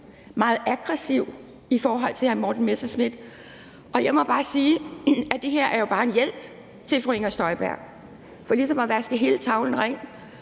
meget aggressiv i forhold til hr. Morten Messerschmidt. Jeg må bare sige, at det her jo bare er en hjælp til fru Inger Støjberg for ligesom at vaske hele tavlen ren